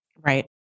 Right